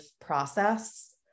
process